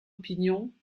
opinion